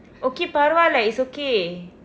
okay பரவாயில்லை:paravaayillai it's okay